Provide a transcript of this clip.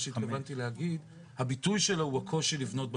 ההחלטה הזאת לא לוקחת סמכויות של ראשי ערים והיא לא הרחבה של התכנון.